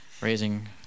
raising